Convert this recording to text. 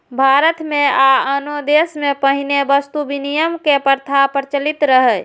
भारत मे आ आनो देश मे पहिने वस्तु विनिमय के प्रथा प्रचलित रहै